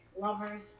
lovers